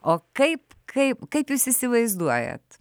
o kaip kaip kaip jūs įsivaizduojat